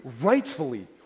rightfully